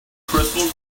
crystal